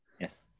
Yes